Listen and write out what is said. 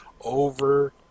over